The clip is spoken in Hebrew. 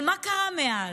אבל מה קרה מאז?